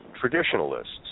traditionalists